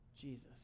Jesus